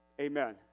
Amen